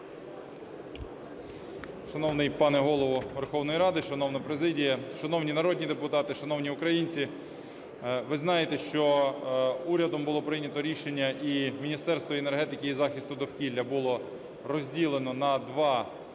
Шановний пане Голово Верховної Ради, шановна президія, шановні народні депутати, шановні українці! Ви знаєте, що урядом було прийнято рішення і Міністерство енергетики і захисту довкілля було розділено на два